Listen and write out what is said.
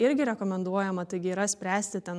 irgi rekomenduojama taigi yra spręsti ten